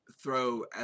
throw